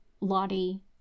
lottie